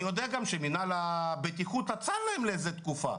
אני יודע שמנהל הבטיחות עצר להם לתקופה,